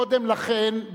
קודם לכן,